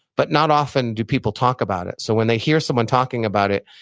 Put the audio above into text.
but not often do people talk about it so, when they hear someone talking about it,